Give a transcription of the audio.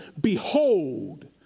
behold